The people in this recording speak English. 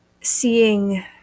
seeing